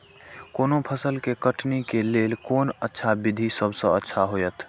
कोनो फसल के कटनी के लेल कोन अच्छा विधि सबसँ अच्छा होयत?